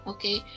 Okay